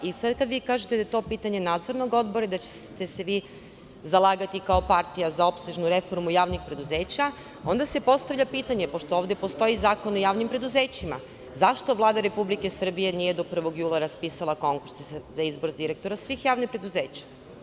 Sada, kada vi kažete da je to pitanje nadzornog odbora i da ćete se vi zalagati kao partija za opsežnu reformu javnih preduzeća, onda se postavlja pitanje, pošto ovde postoji Zakon o javnim preduzećima, zašto Vlada Republike Srbije nije do 1. jula raspisala konkurs za izbor direktora svih javnih preduzeća?